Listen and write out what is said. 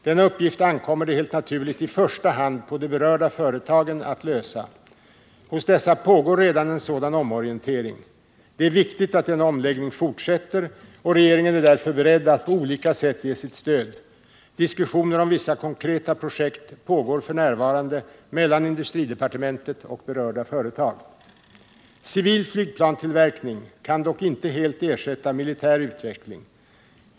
Denna uppgift ankommer det helt naturligt i första hand på de berörda företagen att lösa. Hos dessa pågår redan en sådan omorientering. Det är viktigt att denna omläggning fortsätter, och regeringen är därför beredd att på olika sätt ge sitt stöd. Diskussioner om vissa konkreta projekt pågår f. n. mellan industridepartementet och berörda företag. Civil flygplansutveckling kan dock inte helt ersätta militär utveckling.